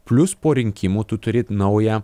plius po rinkimų tu turi naują